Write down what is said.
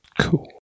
Cool